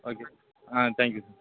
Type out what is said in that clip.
okay ah thank you sir